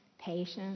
patience